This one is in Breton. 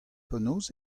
penaos